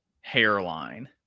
hairline